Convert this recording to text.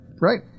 right